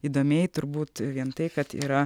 įdomiai turbūt vien tai kad yra